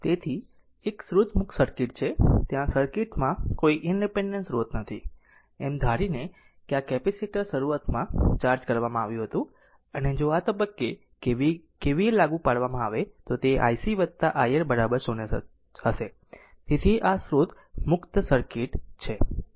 તેથી તે એક સ્રોત મુક્ત સર્કિટ છે ત્યાં સર્કિટ માં કોઈ ઇનડીપેનડેન્ટ સ્રોત નથી એમ ધારીને કે આ કેપેસિટર શરૂઆતમાં ચાર્જ કરવામાં આવ્યું હતું અને જો આ તબક્કે KVL લાગુ પાડવામાં આવે તો તે iC iR 0 હશે તેથી આ સ્રોત મુક્ત સર્કિટ છે